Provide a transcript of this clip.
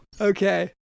Okay